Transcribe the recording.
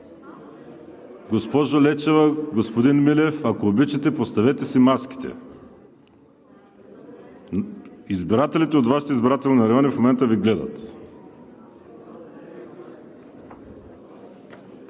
Госпожо Лечева, господин Милев, ако обичате, поставете си маските! Избирателите от Вашите избирателни райони в момента Ви гледат.